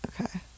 Okay